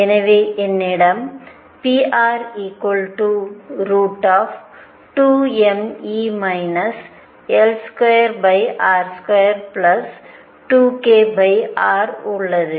எனவே என்னிடம் pr √ 2mE L2r22kr உள்ளது